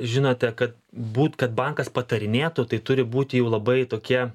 žinote kad būt kad bankas patarinėtų tai turi būt jau labai tokie